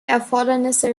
erfordernisse